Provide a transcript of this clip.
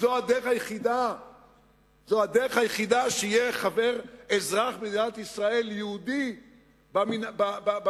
זאת הדרך היחידה שיהיה חבר אזרח מדינת ישראל יהודי במועצה.